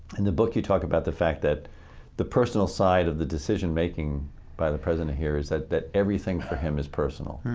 in the book you talk about the fact that the personal side of the decision making by the president here is that that everything for him is personal.